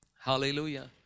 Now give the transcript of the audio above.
Hallelujah